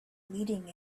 leading